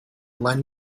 lend